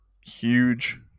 huge